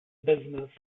business